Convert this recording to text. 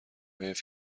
حیف